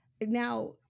now